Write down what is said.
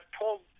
told